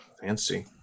Fancy